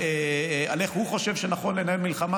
איך הוא חושב שנכון לנהל מלחמה.